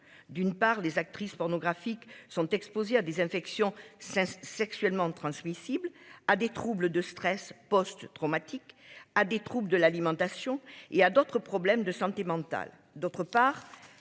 D'une part les actrices pornographiques sont exposés à des infections sexuellement transmissibles à des troubles de stress post-traumatique à des troupes de l'alimentation et à d'autres problèmes de santé mentale.